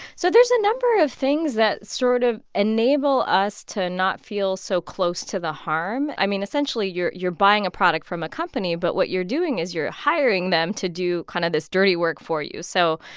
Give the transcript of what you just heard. so there's a number of things that sort of enable us to not feel so close to the harm. i mean, essentially you're you're buying a product from a company, but what you're doing is you're hiring them to do kind of this dirty work for you. so,